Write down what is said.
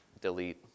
delete